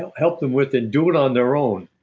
help them with and do it on their own.